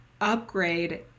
upgrade